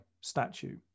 statue